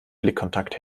blickkontakt